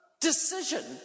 decision